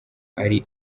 ari